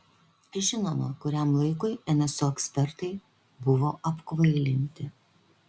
žinoma kuriam laikui nso ekspertai buvo apkvailinti